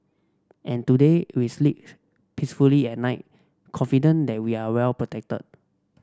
and today we sleeps peacefully at night confident that we are well protected